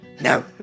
No